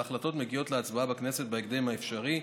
והחלטות מגיעות להצבעה בכנסת בהקדם האפשרי.